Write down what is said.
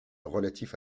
relatif